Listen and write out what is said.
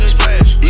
Splash